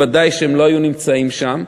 ודאי שהם לא היו נמצאים שם.